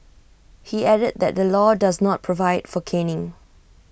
he added that the law does not provide for caning